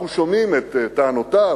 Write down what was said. אנחנו שומעים את טענותיו